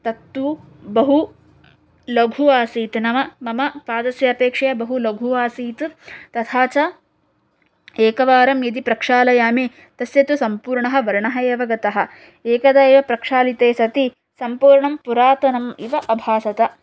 तत्तु बहुलघु आसीत् नाम मम पादस्य अपेक्षया बहुलघु आसीत् तथा च एकवारं यदि प्रक्षालयामि तस्य तु सम्पूर्णः वर्णः एव गतः एकदा एव प्रक्षालिते सति सम्पूर्णं पुरातनम् इव अभासत